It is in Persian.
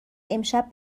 امشب